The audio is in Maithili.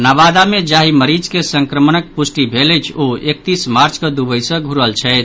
नवादा मे जाहि मरीज मे संक्रमण पुष्टि भेल अछि ओ एकतीस मार्च कऽ दुबई सऽ घुरल छथि